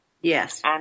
Yes